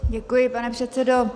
Děkuji, pane předsedo.